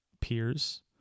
peers